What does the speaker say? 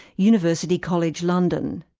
university college, london.